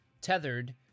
tethered